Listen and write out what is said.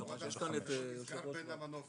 יש כאן את יושב ראש --- זה נסגר בין המנופאי,